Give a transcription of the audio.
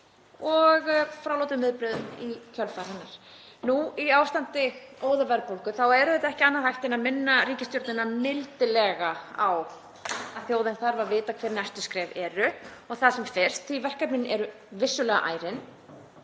og fráleit viðbrögð í kjölfar hennar. Nú í ástandi óðaverðbólgu er auðvitað ekki annað hægt en að minna ríkisstjórnina mildilega á að þjóðin þarf að vita hver næstu skref verða og það sem fyrst, því að verkefnin eru vissulega ærin.